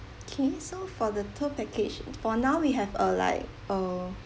okay so for the tour package for now we have uh like a